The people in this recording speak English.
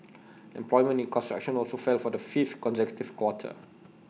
employment in construction also fell for the fifth consecutive quarter